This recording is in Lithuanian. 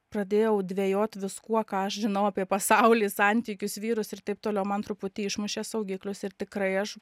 pradėjau dvejot viskuo ką aš žinau apie pasaulį santykius vyrus ir taip toliau man truputį išmušė saugiklius ir tikrai aš